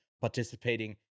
participating